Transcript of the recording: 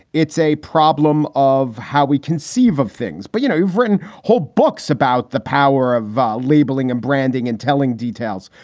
it's a problem of how we conceive of things. but, you know, you've written whole books about the power of labeling and branding and telling details.